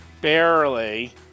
barely